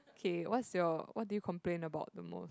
okay what's your what do you complain about the most